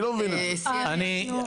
מה אתם רוצים?